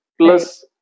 Plus